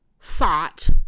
thought